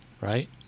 right